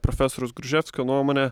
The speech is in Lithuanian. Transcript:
profesoriaus gruževskio nuomone